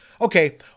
Okay